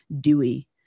Dewey